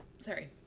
Sorry